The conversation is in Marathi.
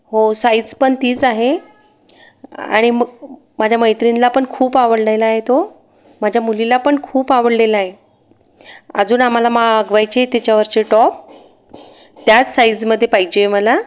हो साइज पण तीच आहे आणि म माझ्या मैत्रिणीला पण खूप आवडलेला आहे तो माझ्या मुलीला पण खूप आवडलेला आहे अजून आम्हाला मागवायचे त्याच्यावरचे टॉप त्याच साइजमध्ये पाहिजे आहे मला